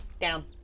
down